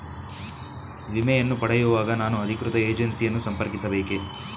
ವಿಮೆಯನ್ನು ಪಡೆಯುವಾಗ ನಾನು ಅಧಿಕೃತ ಏಜೆನ್ಸಿ ಯನ್ನು ಸಂಪರ್ಕಿಸ ಬೇಕೇ?